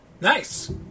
Nice